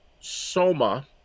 soma